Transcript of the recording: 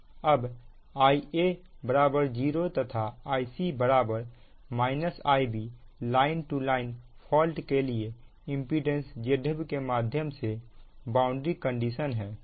अब Ia 0 तथा Ic Ib line to line fault के लिए इंपेडेंस Zf के माध्यम से बाउंड्री कंडीशन है